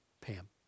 Pam